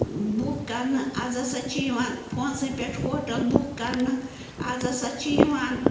book کرنہٕ آز ہسا چھِ یِوان فونسٕے پٮ۪ٹھ ہوٹَل بُک کرنہٕ آز ہسا چھِ یِوان